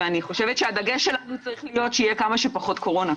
ואני חושבת שהדגש שלנו צריך להיות שיהיה כמה שפחות קורונה,